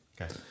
Okay